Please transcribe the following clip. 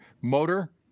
Motor